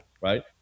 Right